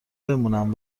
بمونم